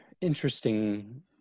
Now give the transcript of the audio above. interesting